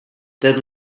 then